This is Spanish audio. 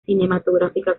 cinematográfica